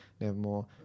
Nevermore